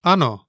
Ano